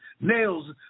nails